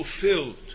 fulfilled